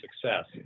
success